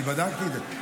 אני בדקתי את זה,